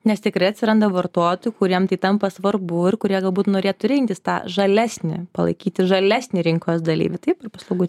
nes tikrai atsiranda vartotojų kuriem tai tampa svarbu ir kurie galbūt norėtų rinktis tą žalesnį palaikyti žalesnį rinkos dalyvį taip ir paslaugų